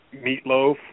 meatloaf